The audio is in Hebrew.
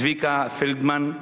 צביקה פלדמן,